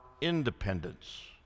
independence